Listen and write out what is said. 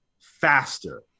faster